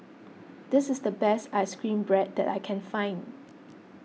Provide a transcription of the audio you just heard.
this is the best Ice Cream Bread that I can find